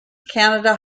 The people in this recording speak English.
canada